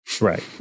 Right